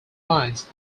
lines